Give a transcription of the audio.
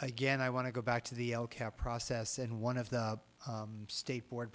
again i want to go back to the process and one of the state board